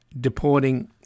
deporting